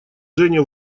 жене